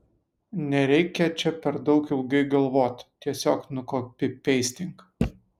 nereikia čia per daug ilgai galvot tiesiog nukopipeistink